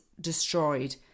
destroyed